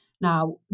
Now